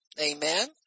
Amen